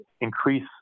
increase